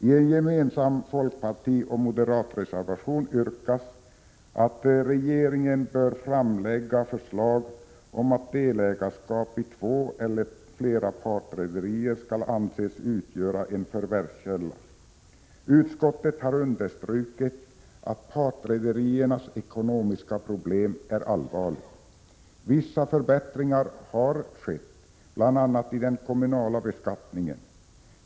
I en gemensam folkpartioch moderatreservation yrkas att regeringen bör framlägga förslag om att delägarskap i två eller flera partrederier skall anses utgöra en förvärvskälla. Utskottet har understrukit att partrederiernas ekonomiska problem är allvarliga. Vissa förbättringar har skett, bl.a. i den kommunala beskattningen.